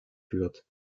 führt